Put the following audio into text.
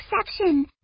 exception